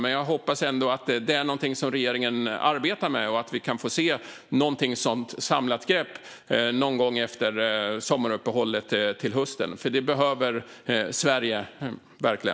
Men jag hoppas att det är något regeringen arbetar med och att vi kan få se ett samlat grepp någon gång efter sommaruppehållet, till hösten. Det behöver Sverige.